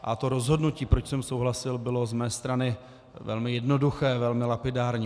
A rozhodnutí, proč jsem souhlasil, bylo z mé strany velmi jednoduché, velmi lapidární.